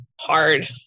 hard